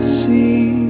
see